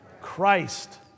Christ